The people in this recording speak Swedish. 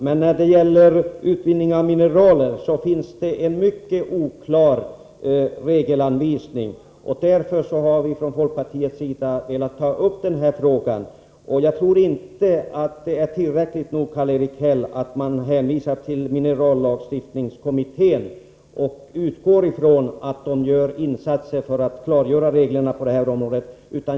Men när det gäller utvinning av mineraler finns det en mycket oklar regelanvisning, och därför har vi från folkpartiets sida velat ta upp frågan. Jag tror inte att det är tillräckligt, Karl-Erik Häll, att man hänvisar till minerallagstiftningskommittén och utgår från att den gör insatser för att klargöra reglerna på detta område.